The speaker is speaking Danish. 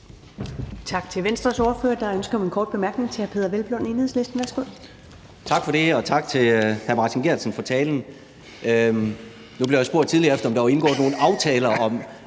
Tak til Venstres ordfører. Der er ønske om en kort bemærkning fra hr. Peder Hvelplund, Enhedslisten. Værsgo. Kl. 14:09 Peder Hvelplund (EL): Tak for det, og tak til hr. Martin Geertsen for talen. Nu blev jeg spurgt tidligere om, om der var indgået nogen aftaler om,